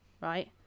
right